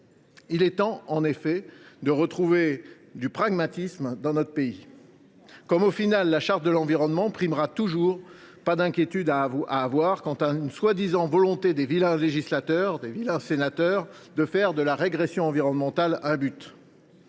Il est temps, en effet, de retrouver du pragmatisme dans notre pays. Comme la Charte de l’environnement primera toujours, il n’y a pas d’inquiétude à avoir sur une prétendue volonté des vilains législateurs, des vilains sénateurs, de faire de la régression environnementale un but.